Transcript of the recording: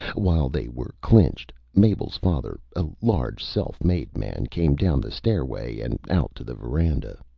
while they were clinched, mabel's father, a large, self-made man, came down the stairway and out to the veranda.